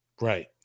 right